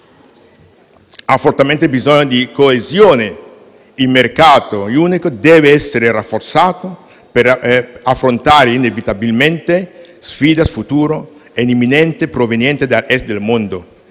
ha fortemente bisogno di coesione: il mercato unico deve essere rafforzato per affrontare l'inevitabile sfida futura e imminente proveniente dall'Est del mondo,